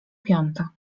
piąta